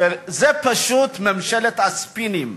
זו פשוט ממשלת הספינים.